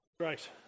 Great